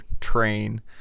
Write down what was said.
train